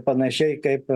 panašiai kaip